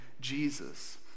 jesus